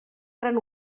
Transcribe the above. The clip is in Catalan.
gran